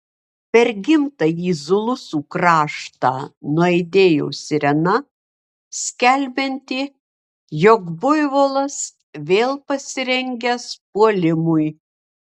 per gimtąjį zulusų kraštą nuaidėjo sirena skelbianti jog buivolas vėl pasirengęs puolimui